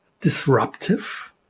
disruptive